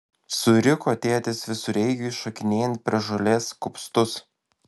suriko tėtis visureigiui šokinėjant per žolės kupstus